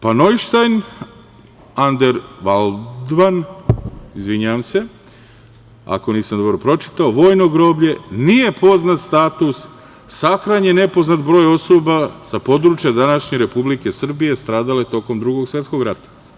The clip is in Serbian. Pa, Nojštajn, Andervaldman, izvinjavam se ako nisam dobro pročitao, vojno groblje, nije poznat status sahranjenih i nepoznat broj osoba sa područja današnje Republike Srbije stradale tokom Drugog svetskog rata.